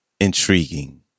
Intriguing